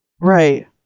right